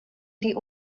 die